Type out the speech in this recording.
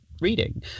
reading